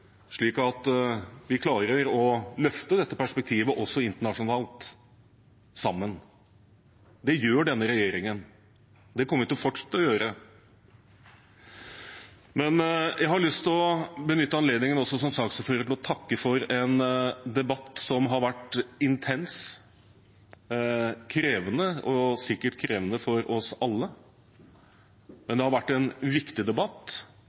slik at vi klarer å løfte dette perspektivet også internasjonalt sammen. Det gjør denne regjeringen, og det kommer vi til å fortsette å gjøre. Jeg har lyst til å benytte anledningen, også som saksordfører, til å takke for en debatt som har vært intens, krevende – sikkert krevende for oss alle. Men det har vært en viktig debatt